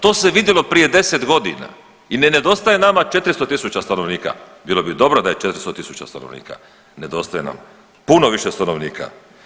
To se vidjelo prije 10 godina i ne nedostaje nama 400.000 stanovnika, bilo bi dobro da je 400.000 stanovnika, nedostaje nam puno više stanovnika.